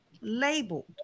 labeled